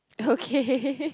okay